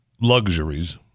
luxuries